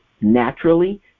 naturally